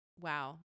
Wow